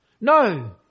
no